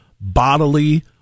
bodily